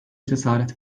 cesaret